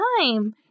time